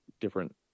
different